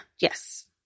Yes